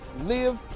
live